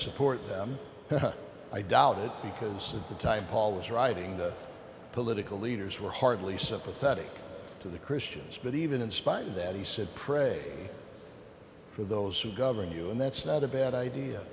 support them i doubt it because of the type always writing political leaders were hardly sympathetic to the christians but even in spite of that he said pray for those who govern you and that's not a bad idea